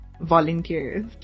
volunteers